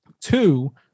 Two